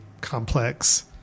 complex